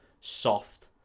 soft